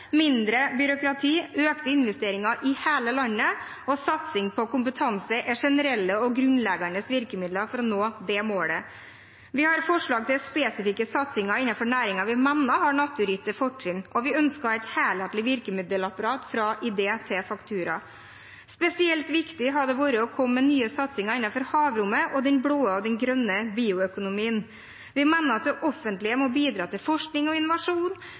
mindre byråkrati, økte investeringer i hele landet og satsing på kompetanse er generelle og grunnleggende virkemidler for å nå det målet. Vi har forslag til spesifikke satsinger innenfor næringer vi mener har naturgitte fortrinn, og vi ønsker et helhetlig virkemiddelapparat, fra idé til faktura. Spesielt viktig hadde det vært å komme med nye satsinger innenfor havrommet og den blå og den grønne bioøkonomien. Vi mener at det offentlige må bidra til forskning og innovasjon